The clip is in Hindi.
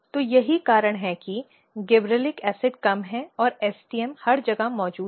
तो यही कारण है कि गिबरेलिक एसिड कम है और STM हर जगह मौजूद है